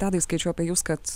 tadai skaičiau apie jus kad